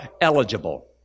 eligible